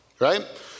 right